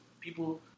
people